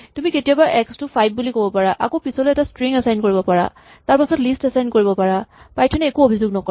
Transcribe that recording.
তুমি কেতিয়াবা x to five বুলি ক'ব পাৰা আকৌ পিছলৈ এটা ষ্ট্ৰিং এচাইন কৰিব পাৰা তাৰপাছত লিষ্ট এচাইন কৰিব পাৰা পাইথন এ একো অভিযোগ নকৰে